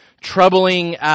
troubling